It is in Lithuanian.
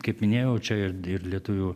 kaip minėjau čia ir ir lietuvių